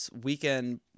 weekend